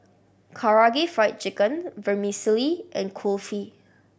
Karaage Fried Chicken Vermicelli and Kulfi